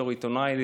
בתור עיתונאי,